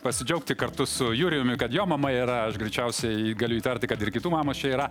pasidžiaugti kartu su jurijumi kad jo mama yra aš greičiausiai galiu įtarti kad ir kitų mamos čia yra